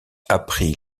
appris